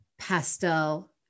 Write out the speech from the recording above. pastel